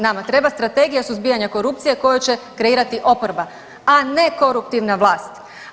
Nama treba strategija suzbijanja korupcije koju će kreirati oporba, a ne koruptivna vlast.